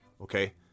okay